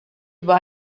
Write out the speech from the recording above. über